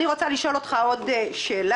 אני רוצה לשאול אותך עוד שאלה.